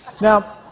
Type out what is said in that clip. Now